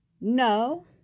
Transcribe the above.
No